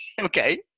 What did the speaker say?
Okay